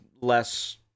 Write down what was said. less